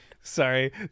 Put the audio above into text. Sorry